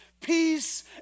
peace